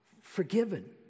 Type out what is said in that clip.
forgiven